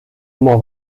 oma